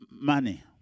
money